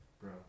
bro